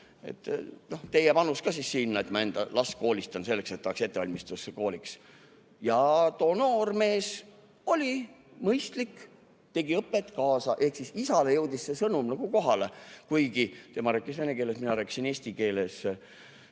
et teie panus ka siis sinna, et ma enda last koolitan selleks, et tal oleks ettevalmistus kooliks. Too noor mees oli mõistlik, tegi õpet kaasa, ehk isale jõudis see sõnum nagu kohale, kuigi tema rääkis vene keeles, mina rääkisin eesti keeles.